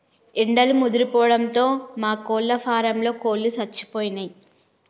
ఎండలు ముదిరిపోవడంతో మా కోళ్ళ ఫారంలో కోళ్ళు సచ్చిపోయినయ్